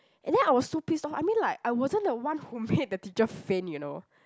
and then I was so pissed orh I mean like I wasn't the one who made the teacher faint you know